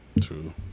True